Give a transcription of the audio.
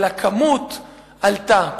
הכמות עלתה.